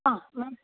आं